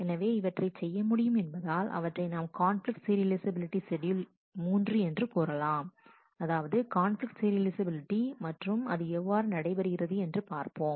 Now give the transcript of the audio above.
எனவே இவற்றை செய்ய முடியும் என்பதால் அவற்றை நாம் கான்பிலிக்ட் சீரியலைஃசபிலிட்டி ஷெட்யூல் மூன்று என்று கூறலாம் அதாவது கான்பிலிக்ட் சீரியலைஃசபிலிட்டி மற்றும் அது எவ்வாறு நடைபெறுகிறது என்று பார்ப்போம்